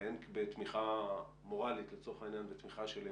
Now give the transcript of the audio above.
והן בתמיכה מוראלית לצורך העניין ותמיכה של אמון.